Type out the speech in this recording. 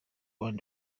one